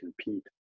compete